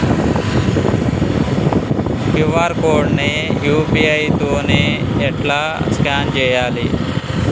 QR code ని UPI తోని ఎట్లా స్కాన్ చేయాలి?